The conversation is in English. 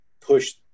push